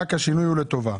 רק שינוי לטובה.